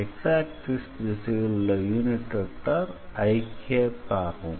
Xஆக்சிஸ் திசையில் உள்ள unit vector i ஆகும்